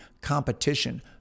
competition